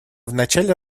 вначале